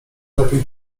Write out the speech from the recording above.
lepiej